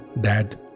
Dad